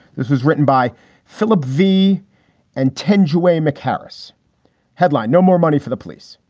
this was written by philip v and tenge away mccaffrey's headline. no more money for the police.